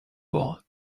bought